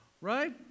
right